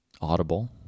Audible